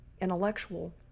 intellectual